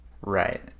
Right